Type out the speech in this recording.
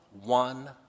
one